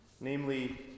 namely